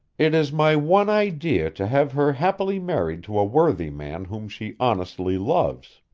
it is my one idea to have her happily married to a worthy man whom she honestly loves.